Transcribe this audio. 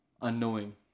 unknowing